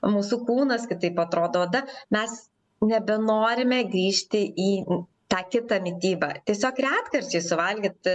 mūsų kūnas kitaip atrodo oda mes nebenorime grįžti į tą kitą mitybą tiesiog retkarčiais suvalgyt